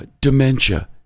dementia